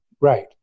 Right